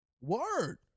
Word